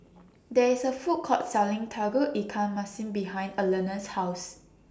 There IS A Food Court Selling Tauge Ikan Masin behind Allena's House